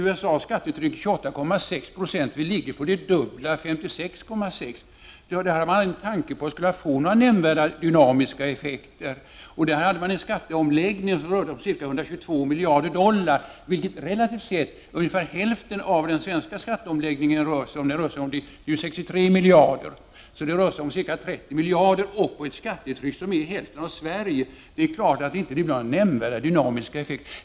USA:s skattetryck uppgår till 28,6 26 medan Sveriges uppgår till det dubbla, 56,6 26. I USA hade man inte en tanke på att det skulle bli några nämnvärda dynamiska effekter. Skatteomläggningen där rörde sig om ca 122 miljarder dollar, vilket relativt sett är ungefär hälften av den svenska skatteomläggningen som uppgår till 63 miljarder kronor. Det rör sig alltså om ca 30 miljarder vid ett skattetryck som är hälften av det svenska. Därför är det klart att det inte kan bli några nämnvärda dynamiska effekter.